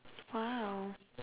!wow!